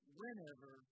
whenever